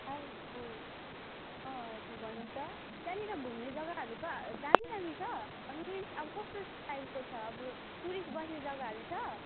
अँ अँ हजुर भन्नुहोस् त त्यहाँनिर घुम्ने जग्गाहरू कहाँ दामी दामी छ मिन्स अब कस्तो टाइपको छ अब टुरिस्ट बस्ने जग्गाहरू छ